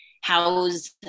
house